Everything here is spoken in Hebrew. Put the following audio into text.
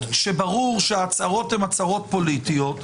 שברור שההצהרות הן הצהרות פוליטיות,